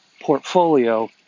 portfolio